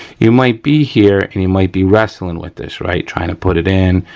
you might be here and you might be wrestling with this, right, trying to put it in,